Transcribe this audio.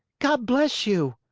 god bless you!